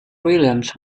williams